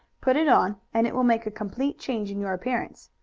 put it on, and it will make a complete change in your appearance.